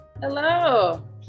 Hello